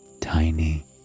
Tiny